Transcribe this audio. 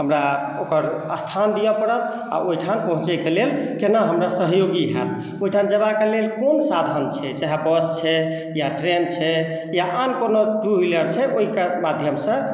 हमरा ओकर स्थान दिअ पड़त आ ओहिठाम पहुँचैके लेल केना हमरा सहयोगी होयत ओहिठाम जयबाक लेल कोन साधन छै चाहे बस छै या ट्रेन छै या आन कोनो टू व्हीलर छै ओहिके माध्यमसँ